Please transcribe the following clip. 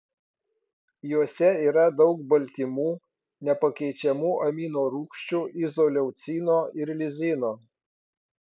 juose yra daug baltymų nepakeičiamų aminorūgščių izoleucino ir lizino